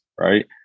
right